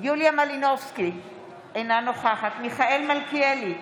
יוליה מלינובסקי קונין, אינה נוכחת מיכאל מלכיאלי,